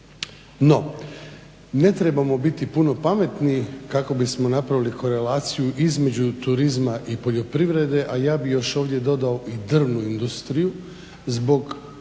No, ne trebamo biti puno pametni kako bismo napravili korelaciju između turizma i poljoprivrede a ja bih još ovdje dodao i drvnu industriju zbog